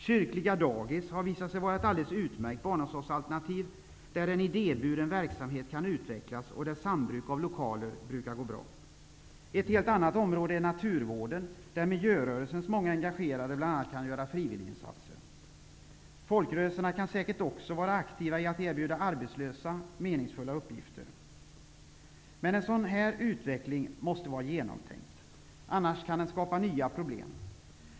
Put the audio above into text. Kyrkliga dagis har visat sig vara ett alldeles utmärkt barnomsorgsalternativ, där en idéburen verksamhet kan utvecklas och där sambruk av lokaler brukar gå bra. Ett helt annat område är naturvården, där miljörörelsernas många engagerade bl.a. kan göra frivilliginsatser. Folkrörelserna kan säkert också vara aktiva i att erbjuda arbetslösa meningsfulla uppgifter. Men en sådan här utveckling måste vara genomtänkt. Annars kan den skapa nya problem.